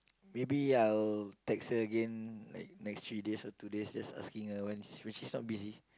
maybe I'll text her again like next three days or two days just asking her when she's when she's not busy